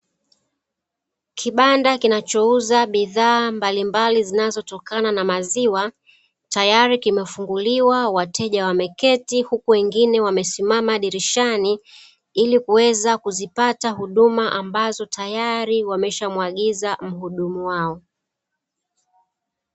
Kibanda kinachouza bidhaa mbalimbali zinatokana na maziwa tayari kimefunguliwa wateja wameketi wengine wamesimama dirishani, ili kuweza kuzipata huduma ambazo tayari wameshamuagiza muhudumu wao.